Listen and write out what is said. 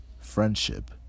friendship